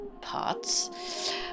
parts